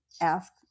ask